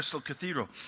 Cathedral